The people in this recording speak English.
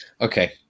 Okay